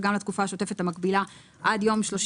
וגם לתקופה השוטפת המקבילה עד יום 31